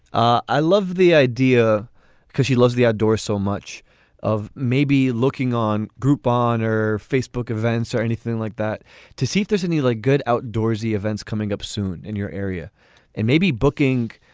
ah i love the idea because she loves the outdoors so much of maybe looking on groupon or facebook events or anything like that to see if there's any like good outdoorsy events coming up soon in your area and maybe booking,